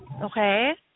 okay